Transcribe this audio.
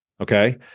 Okay